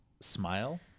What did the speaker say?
Smile